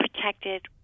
Protected